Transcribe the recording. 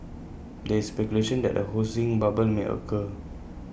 there is speculation that A housing bubble may occur